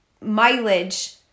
mileage